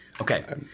Okay